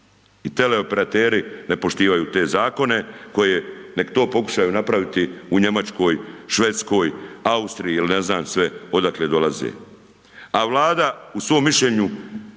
I teleoperateri ne poštivaju te zakone koje, nek to pokušaju napraviti u Njemačkoj, Švedskoj, Austriji, ili ne znam sve odakle dolaze. A Vlada u svom Mišljenju